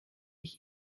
ich